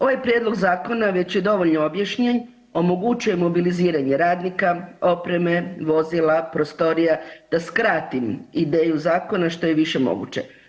Ovaj prijedlog zakona već je dovoljno objašnjen, omogućuje mobiliziranje radnika, opreme, vozila, prostorija, da skratim ideju zakona što je više moguće.